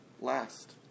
last